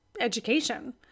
education